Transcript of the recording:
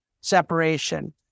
separation